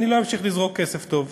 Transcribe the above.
אני לא אמשיך לזרוק כסף טוב.